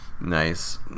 Nice